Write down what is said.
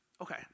Okay